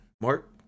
Mark